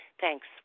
Thanks